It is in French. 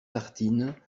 tartines